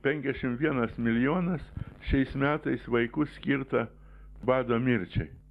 penkiasdešimt vienas milijonas šiais metais vaikų skirta bado mirčiai